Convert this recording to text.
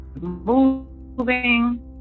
moving